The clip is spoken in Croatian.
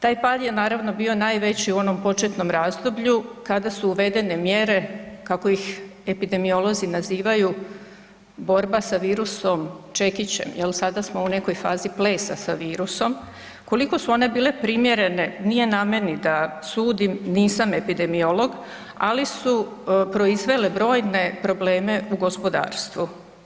Taj pad je naravno bio najveći u onom početnom razdoblju kada su uvedene mjere kako ih epidemiolozi nazivaju borba sa virusom čekiće, jel sada smo u nekoj fazi plesa sa virusom, koliko su one bile primjerene nije na meni da sudim, nisam epidemiolog, ali su proizvele brojne probleme u gospodarstvu.